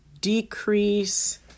decrease